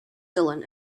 dylan